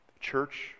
church